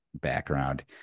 background